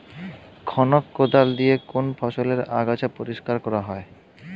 খনক কোদাল দিয়ে কোন ফসলের আগাছা পরিষ্কার করা হয়?